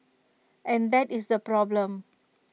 and that is the problem